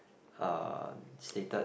uh stated